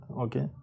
Okay